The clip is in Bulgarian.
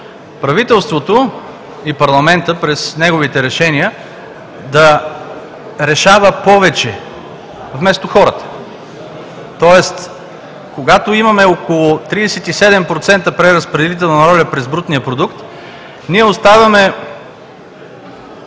правителството и парламентът през неговите решения да решава повече вместо хората. Тоест, когато имаме около 37% преразпределителна роля през брутния продукт, ние оставяме